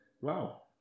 Wow